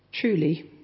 Truly